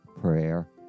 prayer